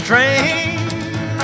Train